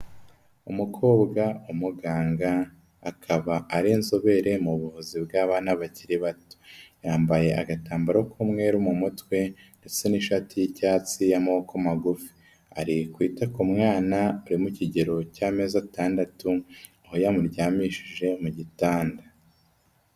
Umukobwa w'umuganga akaba ari inzobere mu buvuzi bw'abana bakiri bato, yambaye agatambaro k'umweru mu mutwe ndetse n'ishati y'icyatsi y'amoboko magufi, ari kwita ku mwana uri mu kigero cy'amezi atandatu aho ya muryamishije mu gitanda.